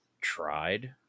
tried